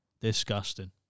Disgusting